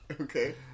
Okay